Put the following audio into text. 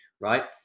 right